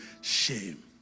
shame